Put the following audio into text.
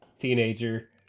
Teenager